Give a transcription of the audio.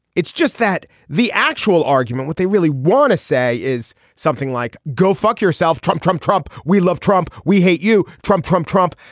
it's just that the actual argument what they really want to say is something like go fuck yourself trump trump trump. we love trump we hate you trump trump trump.